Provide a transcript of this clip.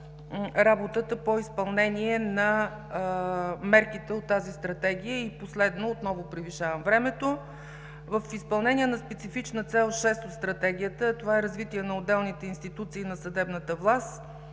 работата по изпълнение на мерките от тази Стратегия. Последно, отново превишавам времето! В изпълнение на специфична цел 6 от Стратегията, а това е развитие на отделните институции на съдебната власт,